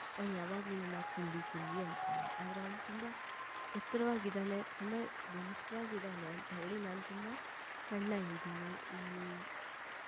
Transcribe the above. ಅವನು ಯಾವಾಗಲೂ ನನ್ನನ್ನ ಕುಳ್ಳಿ ಕುಳ್ಳಿ ಅಂತಾನೆ ಆದರೆ ಅವನು ತುಂಬ ಎತ್ತರವಾಗಿದ್ದಾನೆ ತುಂಬ ಬಲಿಷ್ಠವಾಗಿದ್ದಾನೆ ಅಂತೇಳಿ ನಾನು ತುಂಬ ಸಣ್ಣ ಇದ್ದೀನಿ ನಾನು